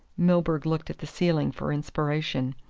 milburgh looked at the ceiling for inspiration.